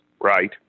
right